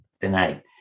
tonight